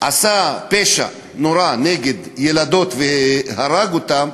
עשה פשע נורא נגד ילדות, והרג אותן,